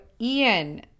ian